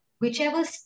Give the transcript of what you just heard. whichever